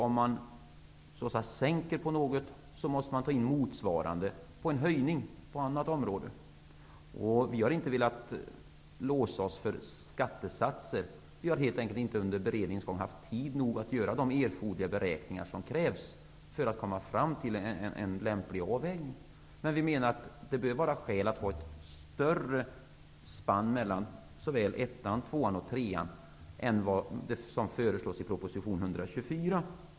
Om något sänks, måste något annat höjas i motsvarande grad på ett annat område. Vi har inte velat låsa oss för skattesatser -- vi har helt enkelt inte under beredningens gång haft tid nog att göra de erforderliga beräkningarna för att komma fram till en lämplig avvägning. Det bör ändå vara skäl att ha ett större spann mellan såväl klass 1 och 2 som klass 2 och 3 än vad som föreslås i proposition 124.